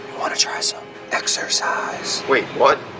want to try some exercise? wait, what?